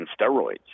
steroids